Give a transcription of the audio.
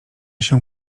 się